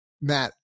Matt